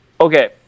Okay